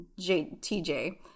TJ